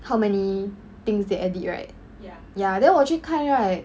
how many things they edit right ya then 我去看 right